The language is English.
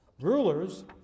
Rulers